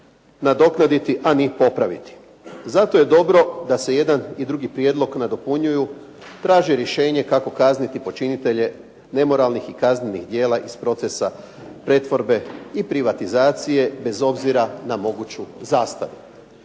nadoknaditi a ni popraviti. Zato je dobro da se jedan i drugi prijedlog nadopunjuju, traži rješenje kako kazniti počinitelje nemoralnih i kaznenih djela iz procesa pretvorbe i privatizacije bez obzira na moguću zastaru.